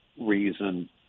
reason